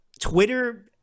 Twitter